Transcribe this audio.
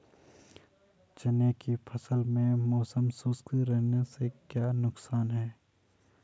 चने की फसल में मौसम शुष्क रहने से क्या नुकसान है?